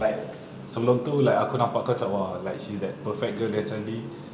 like sebelum tu aku nampak kau macam !wah! like she's that perfect girl then suddenly